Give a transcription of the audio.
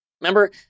Remember